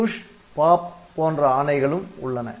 PUSH POP போன்ற ஆணைகளும் உள்ளன